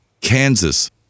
Kansas